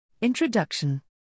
Introduction